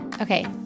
Okay